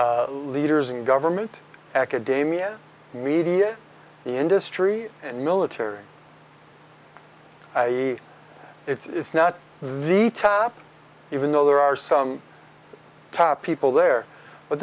by leaders in government academia media industry and military it's not the tap even though there are some top people there but